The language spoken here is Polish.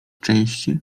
części